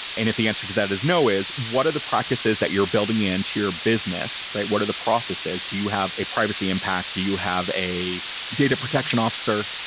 and if the answer to that is no, is what are the practices that you're building into your business? what are the processes? do you have a privacy impact? do you have a data protection officer?